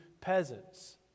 peasants